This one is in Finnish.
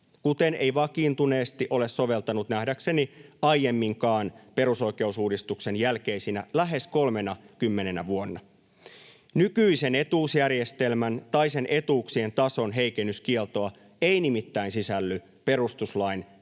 kuten ei vakiintuneesti ole soveltanut nähdäkseni aiemminkaan perusoikeusuudistuksen jälkeisinä lähes 30:nä vuonna. Nykyisen etuusjärjestelmän tai sen etuuksien tason heikennyskieltoa ei nimittäin sisälly perustuslain säännöksiin,